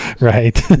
Right